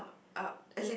uh as in